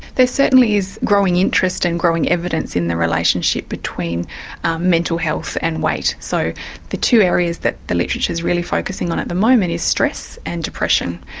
there certainly is growing interest and growing evidence in the relationship between mental health and weight, and so the two areas that the literature is really focussing on at the moment is stress and depression.